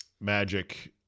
Magic